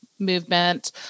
movement